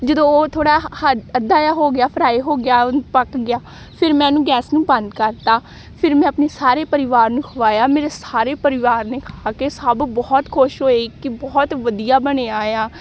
ਜਦੋਂ ਉਹ ਥੋੜ੍ਹਾ ਹ ਹਦ ਅੱਧਾ ਹੋ ਗਿਆ ਫਰਾਏ ਹੋ ਗਿਆ ਪੱਕ ਗਿਆ ਫਿਰ ਮੈਂ ਉਹਨੂੰ ਗੈਸ ਨੂੰ ਬੰਦ ਕਰਤਾ ਫਿਰ ਮੈਂ ਆਪਣੇ ਸਾਰੇ ਪਰਿਵਾਰ ਨੂੰ ਖਵਾਇਆ ਮੇਰੇ ਸਾਰੇ ਪਰਿਵਾਰ ਨੇ ਖਾ ਕੇ ਸਭ ਬਹੁਤ ਖੁਸ਼ ਹੋਏ ਕਿ ਬਹੁਤ ਵਧੀਆ ਬਣਿਆ ਆ